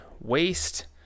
waste